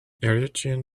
eritrean